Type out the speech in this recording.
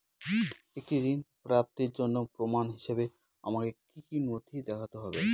একটি ঋণ প্রাপ্তির জন্য প্রমাণ হিসাবে আমাকে কী কী নথি দেখাতে হবে?